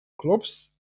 clubs